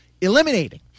eliminating